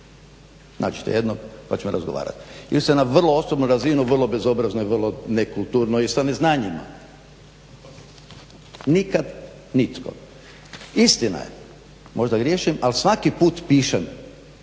Nađite jedno pa ćemo razgovarat. Išli ste na vrlo osobnu razinu vrlo bezobrazno i vrlo nekulturno i sa neznanjem. Nikad nitko. Istina je, možda griješim, ali svaki put pišem